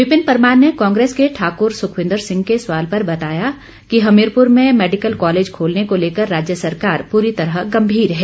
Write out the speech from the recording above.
विपिन परमार ने कांग्रेस के ठाकुर सुखविंदर सिंह के सवाल पर बताया कि हमीरपुर में मैडिकल कॉलेज खोलने को लेकर राज्य सरकार पूरी तरह गम्भीर हैं